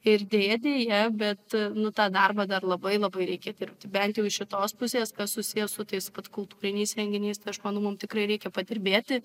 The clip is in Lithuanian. ir deja deja bet nu tą darbą dar labai labai reikia dirbti bent jau iš šitos pusės kas susiję su tais vat kultūriniais renginiais tai aš manau mum tikrai reikia padirbėti